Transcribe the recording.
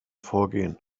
vorgehen